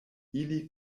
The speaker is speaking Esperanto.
ili